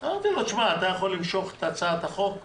אמרתי לו: תשמע, אתה יכול למשוך את הצעת החוק,